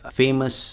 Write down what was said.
famous